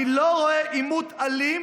אני לא רואה עימות אלים